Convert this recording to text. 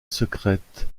secrète